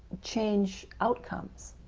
change outcomes,